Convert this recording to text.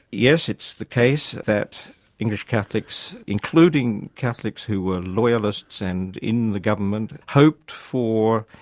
yes it's the case that english catholics, including catholics who were loyalists and in the government, hoped for,